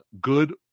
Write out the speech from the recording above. good